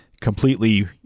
completely